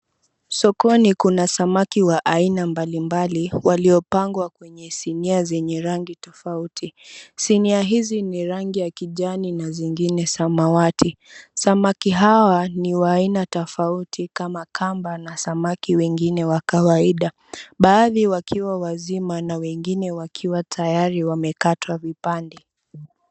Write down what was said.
Sokoni kuna samaki wa aina mbalimbali waliopangwa kwenye sinia zenye rangi tofauti. Sinia hizi ni rangi ya kijani na zingine samawati. Samaki hawa ni wa aina tofauti kama kamba na samaki wengine wa kawaida. Baadhi wakiwa wazima na wengine wakiwa tayari wamekatwa vipande.